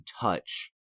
touch